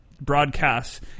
broadcasts